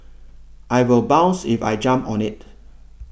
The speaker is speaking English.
I will bounce if I jump on it